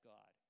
God